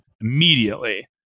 immediately